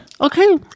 Okay